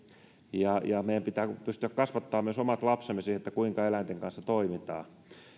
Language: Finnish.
meidän pitää pystyä kasvattamaan myös omat lapsemme siihen kuinka eläinten kanssa toimitaan